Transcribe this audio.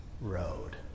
road